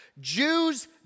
Jews